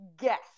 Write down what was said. guess